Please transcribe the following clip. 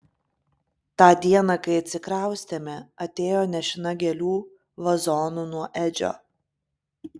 tą dieną kai atsikraustėme atėjo nešina gėlių vazonu nuo edžio